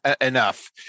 enough